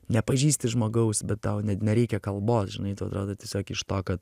nepažįsti žmogaus bet tau net nereikia kalbos žinai tau atrodo tiesiog iš to kad